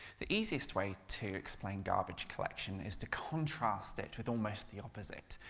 the easiest way to explain garbage collection is to contrast it with almost the opposite,